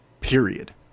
Period